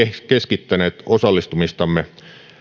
keskittäneet osallistumistamme